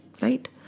right